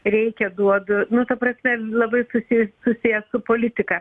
reikia duodu nu ta prasme labai susi susijęs su politika